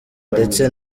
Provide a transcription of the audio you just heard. ndetse